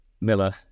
Miller